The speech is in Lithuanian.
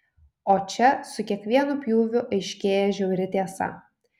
o čia su kiekvienu pjūviu aiškėja žiauri tiesa